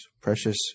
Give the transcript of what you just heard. precious